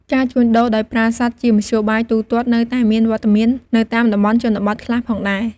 ការជួញដូរដោយប្រើសត្វជាមធ្យោបាយទូទាត់នៅតែមានវត្តមាននៅតាមតំបន់ជនបទខ្លះផងដែរ។